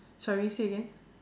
sorry say again